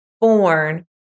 born